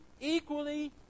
equally